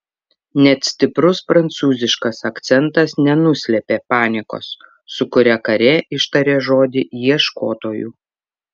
net stiprus prancūziškas akcentas nenuslėpė paniekos su kuria karė ištarė žodį ieškotojų